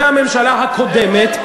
והממשלה הקודמת,